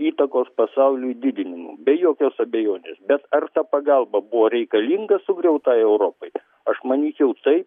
įtakos pasauliui didinimu be jokios abejonės bet ar ta pagalba buvo reikalinga sugriautai europai aš manyčiau taip